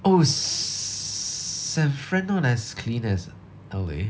oh s~ san fran not as clean as L_A